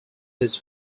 his